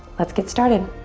let's get started.